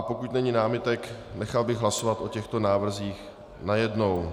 Pokud není námitek, nechal bych hlasovat o těchto návrzích najednou.